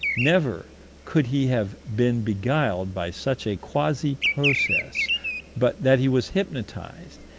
never could he have been beguiled by such a quasi-process but that he was hypnotized,